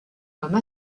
comme